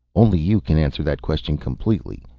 only you can answer that question completely.